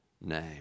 name